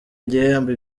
igihembo